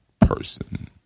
person